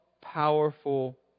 powerful